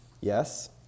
Yes